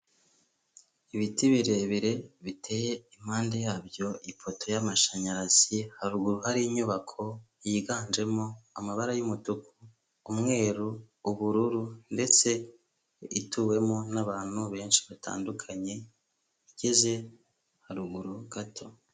Ibiti birebire biteye impande yabyo ipoto y'amashanyarazi, haruguru hari inyubako yiganjemo amabara y'umutuku, umweru, ubururu ndetse ituwemo n'abantu benshi batandukanye, igeze haruguru gato.